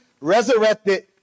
resurrected